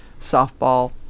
softball